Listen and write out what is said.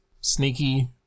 sneaky